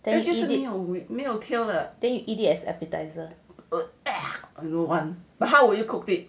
then you eat it you eat it as appetizer